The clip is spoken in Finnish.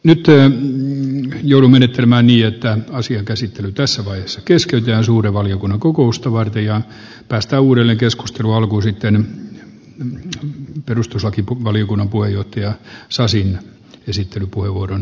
niitä on joulumenetelmäni että asian käsittely tässä vaiheessa keskeytyä suuren valiokunnan kokousta varten jo päästä uudelleen keskustelua luku sitten perustuslaki valiokunnan puheenjohtaja sasin esitteli kuivurin